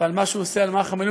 ועל מה שהוא עושה במערך המילואים.